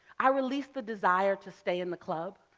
i released the desire to stay in the club.